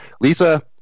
Lisa